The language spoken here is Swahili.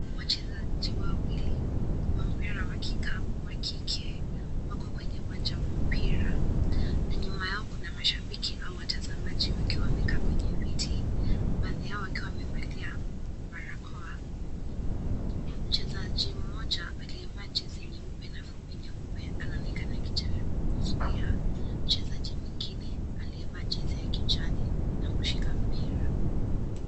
Wachezaji wawili wa mpira wa kikapu wa kike wako kwenye uwanja wa mpira. Na nyuma yao kuna mashabiki au watazamaji wakiwa wamekaa kwenye viti, baadhi yao wakiwa wamevalia barakoa. Mchezaji mmoja aliyevaa jezi nyeupe na fupi nyeupe anaonekana akijaribu kuzuia mchezaji mwingine aliyevaa jezi ya kijani na kushika mpira.